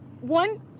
one